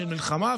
של מלחמה,